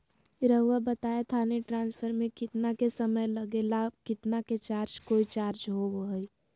रहुआ बताएं थाने ट्रांसफर में कितना के समय लेगेला और कितना के चार्ज कोई चार्ज होई?